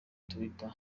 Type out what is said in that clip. twitter